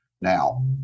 Now